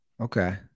Okay